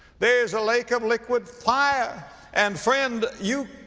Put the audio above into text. there is a lake of liquid fire and friend, you,